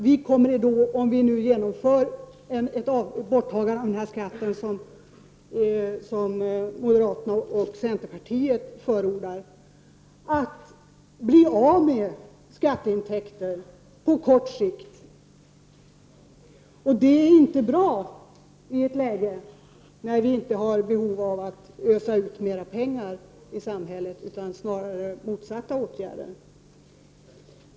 Vi kommer då, om vi genomför ett borttagande av den här skatten, som moderaterna och centerpartiet förordar, att bli av med skatteintäkter på kort sikt, och det är inte bra i ett läge där vi inte har behov av att ösa ut mera pengar i samhället utan snarare behöver motsatta åtgärder.